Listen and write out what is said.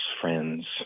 friends